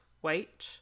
White